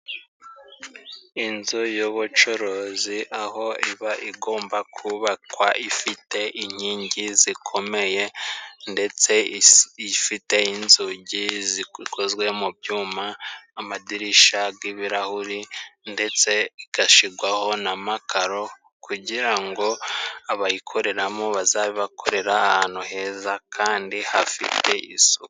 Inzu y'ubucuruzi aho iba igomba kubakwa ifite inkingi zikomeye, ndetse ifite inzugi zikokozwe mu byuma, amadirisha g'ibirahuri, ndetse igashigwaho n'amakaro kugira ngo abayikoreramo bazabe bakorera ahantu heza kandi hafite isuku.